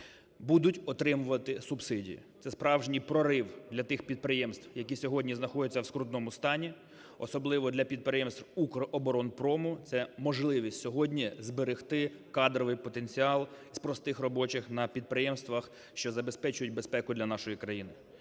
будуть отримувати субсидії. Це справжній прорив для тих підприємств, які сьогодні знаходяться в скрутному стані, особливо для підприємств "Укроборонпрому", це можливість сьогодні зберегти кадровий потенціал з простих робочих на підприємствах, що забезпечують безпеку для нашої країни.